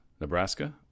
Nebraska